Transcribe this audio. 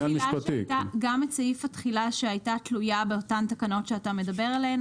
גם סעיף התחילה שהייתה תלויה באותן תקנות שאתה מדבר עליהן,